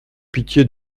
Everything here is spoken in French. pitié